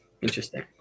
Interesting